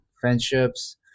friendships